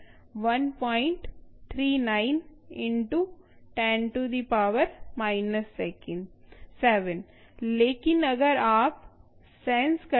139 × 10−7 लेकिन अगर आप सेंस करते हैं